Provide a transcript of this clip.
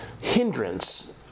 hindrance